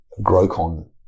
Grocon